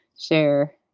share